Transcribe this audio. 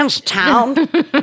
town